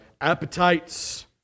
appetites